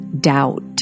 doubt